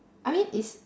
I mean is